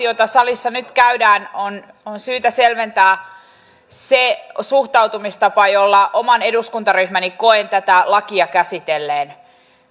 jota salissa nyt käydään on on syytä selventää se suhtautumistapa jolla oman eduskuntaryhmäni koen tätä lakia käsitelleen